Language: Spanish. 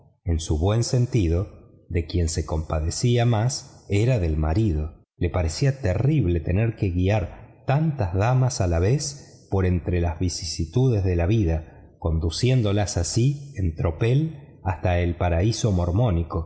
en su buen sentido de quien se compadecía más era del marido le parecía terrible tener que guiar tantas damas a la vez por entre las vicisitudes de la vida conduciéndolas así en tropel hasta el paraíso mormónico